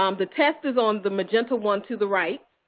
um the test is on the magenta one to the right.